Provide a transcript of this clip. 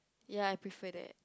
ya I prefer that